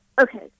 okay